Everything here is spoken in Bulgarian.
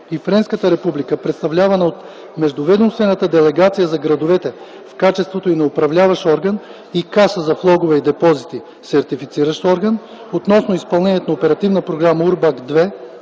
и Френската република, представлявана от Междуведомствена делегация за градовете в качеството й на Управляващ орган и Каса за влогове и депозити – Сертифициращ орган, относно изпълнението на Оперативна програма „УРБАКТ